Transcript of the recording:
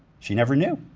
she never knew.